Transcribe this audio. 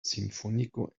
sinfónico